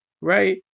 Right